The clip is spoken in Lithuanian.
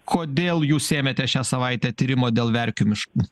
kodėl jūs ėmėtės šią savaitę tyrimą dėl verkių miško